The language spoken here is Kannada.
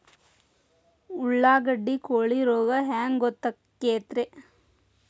ಉಳ್ಳಾಗಡ್ಡಿ ಕೋಳಿ ರೋಗ ಹ್ಯಾಂಗ್ ಗೊತ್ತಕ್ಕೆತ್ರೇ?